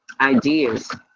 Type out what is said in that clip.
Ideas